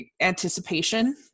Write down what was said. anticipation